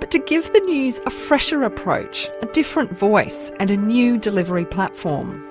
but to give the news a fresher approach, a different voice, and a new delivery platform.